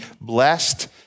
blessed